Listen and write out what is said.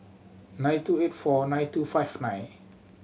nine two eight four nine two five nine